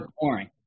boring